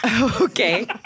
Okay